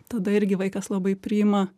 tada irgi vaikas labai priima